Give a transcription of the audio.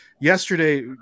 yesterday